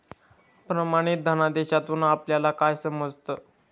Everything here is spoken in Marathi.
प्रमाणित धनादेशातून आपल्याला काय समजतं?